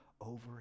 over